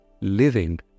living